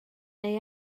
neu